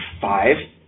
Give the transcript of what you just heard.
five